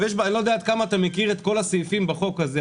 אני לא יודע עד כמה אתה מכיר את כל הסעיפים בחוק הזה,